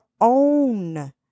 own